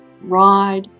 ride